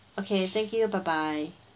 okay thank you bye bye